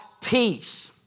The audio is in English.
peace